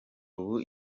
ubu